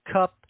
Cup